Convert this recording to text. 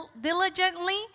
diligently